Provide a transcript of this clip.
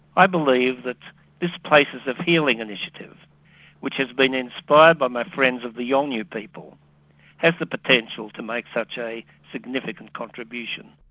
i believe that this place is a healing initiative which has been inspired by my friends of the yolngu people has the potential to make such a significant contribution.